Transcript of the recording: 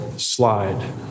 slide